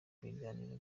biganiro